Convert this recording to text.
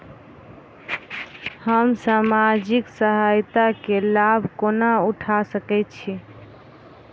हम सामाजिक सहायता केँ लाभ कोना उठा सकै छी?